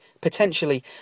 potentially